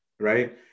Right